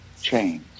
chains